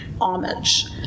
homage